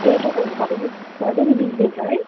ए तपाईँहरूको भनेपछि family business है